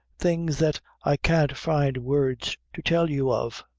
things that i can't find words to tell you of.